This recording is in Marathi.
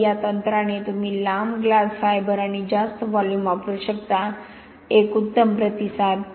तर या तंत्राने तुम्ही लांब ग्लास फायबर आणि जास्त व्हॉल्यूम वापरू शकता एक उत्तम प्रतिसाद